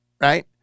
right